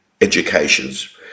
educations